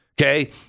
Okay